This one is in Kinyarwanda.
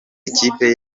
ikipe